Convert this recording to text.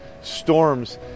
storms